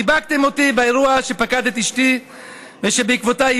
חיבקתם אותי באירוע שפקד את אשתי ושבעקבותיו היא